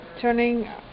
turning